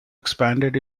expanded